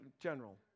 general